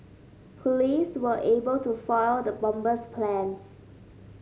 police were able to foil the bomber's plans